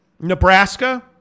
Nebraska